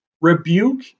rebuke